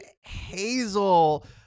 Hazel